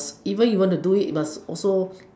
even if you want to do it you must also